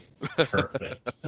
Perfect